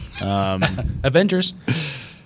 Avengers